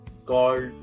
called